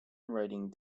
writing